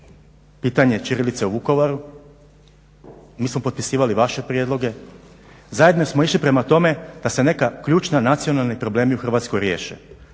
pitanje ćirilice u Vukovaru, mi smo potpisivali vaše prijedloge, zajedno smo išli prema tome da se neki ključni nacionalni problemi u Hrvatskoj riješe.